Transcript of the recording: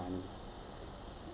money